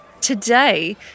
Today